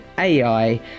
AI